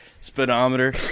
speedometer